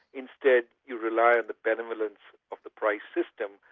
instead you rely on the benevolence of the price system.